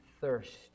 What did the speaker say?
thirst